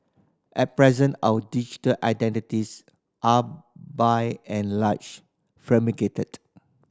at present our digital identities are by and large fragmented